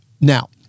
Now